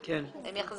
תשובה.